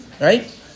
Right